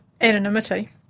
anonymity